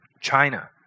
China